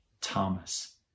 Thomas